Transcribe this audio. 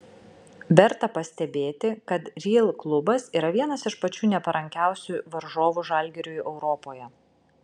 verta pastebėti kad real klubas yra vienas iš pačių neparankiausių varžovų žalgiriui europoje